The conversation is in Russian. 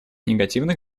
негативных